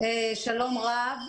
שלום רב.